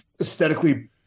aesthetically